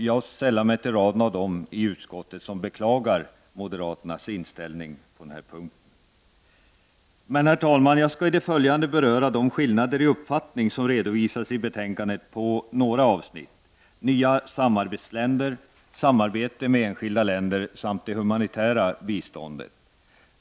Jag sällar mig till raden av dem i utskottet som beklagar moderaternas inställning på den här punkten. Herr talman! Jag skall i det följande beröra de skillnader i uppfattning som redovisas i betänkandet under några avsnitt: nya samarbetsländer, samarbete med enskilda länder samt det humanitära biståndet.